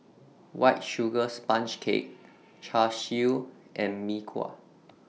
White Sugar Sponge Cake Char Siu and Mee Kuah